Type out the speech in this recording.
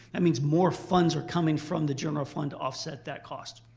that means more funds are coming from the general fund to offset that cost.